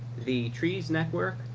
the trees network,